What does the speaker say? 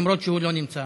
למרות שהוא לא נמצא?